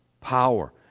power